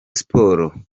siporo